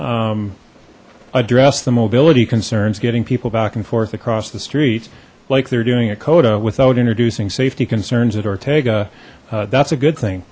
address the mobility concerns getting people back and forth across the street like they're doing at cota without introducing safety concerns at ortega that's a good thing